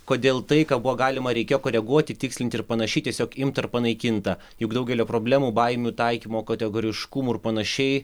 kodėl tai ką buvo galima ir reikėjo koreguoti tikslinti ir panašiai tiesiog imta ir panaikinta juk daugelio problemų baimių taikymo kategoriškumo ir panašiai